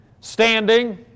standing